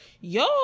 Yo